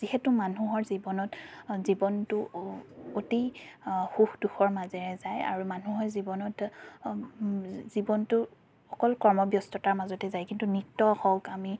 যিহেতু মানুহৰ জীৱনত জীৱনটো অতি সুখ দুখৰ মাজেৰে যায় আৰু মানুহে জীৱনত জীৱনটো অকল কৰ্মব্যস্ততাৰ মাজতে যায় কিন্তু নৃত্য হওক আমি